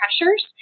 pressures